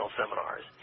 seminars